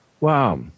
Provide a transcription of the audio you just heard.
Wow